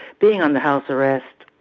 being under house arrest,